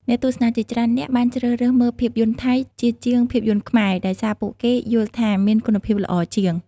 អ្នកទស្សនាជាច្រើននាក់បានជ្រើសរើសមើលភាពយន្តថៃ ជាជាងភាពយន្តខ្មែរ ដោយសារពួកគេយល់ថាមានគុណភាពល្អជាង។